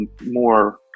more